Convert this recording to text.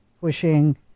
pushing